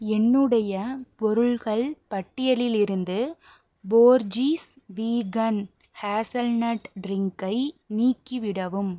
என்னுடைய பொருட்கள் பட்டியலிலிருந்து போர்ஜீஸ் வீகன் ஹேஸல்னட் ட்ரிங்க்கை நீக்கிவிடவும்